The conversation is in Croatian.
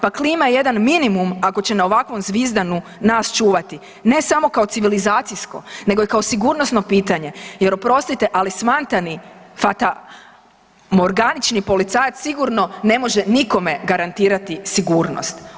Pa klima je jedan minimum ako će na ovakvom zvizdanu nas čuvati ne samo kao civilizacijsko nego i kao sigurnosno pitanje jer oprostite ali smantani, fatamorganični policajac sigurno ne može nikome garantirati sigurnost.